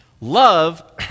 Love